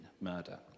murder